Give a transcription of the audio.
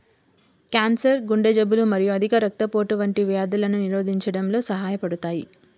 cancer, గుండె జబ్బులు మరియు అధిక రక్తపోటు వంటి వ్యాధులను నిరోధించడంలో సహాయపడతాయి